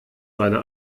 seine